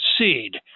seed